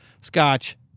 scotch